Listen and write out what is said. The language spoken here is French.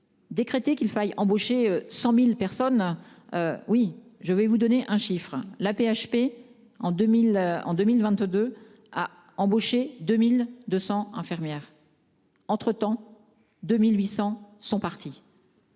Décréter qu'il faille embaucher 100.000 personnes. Oui, je vais vous donner un chiffre, l'AP-HP en 2000 en 2022, a embauché 2200 infirmières.-- Entre temps, 2800 sont partis.--